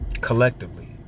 Collectively